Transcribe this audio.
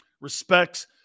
Respects